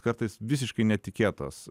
kartais visiškai netikėtas